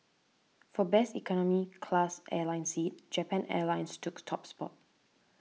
for best economy class airline seat Japan Airlines took top spot